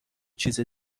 چیز